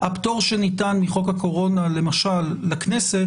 החוק שניתן חוק הקורונה למשל לכנסת,